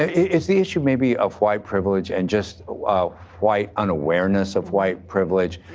is the issue maybe of white privilege and just ah white white unawareness of white privilege